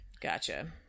gotcha